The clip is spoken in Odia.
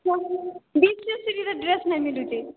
ସୋ ସିଟିରେ ଡ୍ରେସ୍ ନାହିଁ ମିଳୁଛି